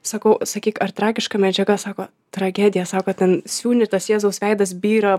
sakau sakyk ar tragiška medžiaga sako tragedija sako ten siūni ir tas jėzaus veidas byra